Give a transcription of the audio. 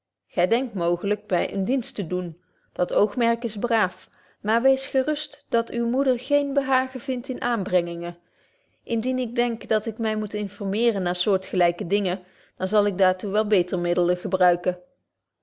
denkt mooglyk my een dienst te doen dat oogmerk is braaf maar wees gerust dat uwe moeder geen behagen vindt in aanbrengingen indien ik denk dat ik my moet informeren naar soortgelyke dingen dan zal ik daar toe wel beter middelen gebruiken